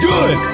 Good